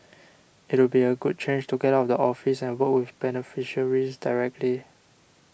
it would be a good change to get out of the office and work with beneficiaries directly